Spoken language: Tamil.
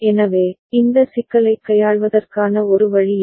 எனவே இந்த சிக்கலைக் கையாள்வதற்கான ஒரு வழி இது